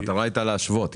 המטרה הייתה להשוות.